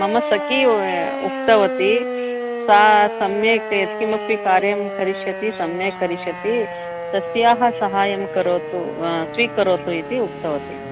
मम सखी उक्तवती सा सम्यक् यत्किमपि कार्यं करिष्यति सम्यक् करिष्यति तस्याः सहाय्यं स्वीकरोतु स्वीकरोतु इति उक्तवती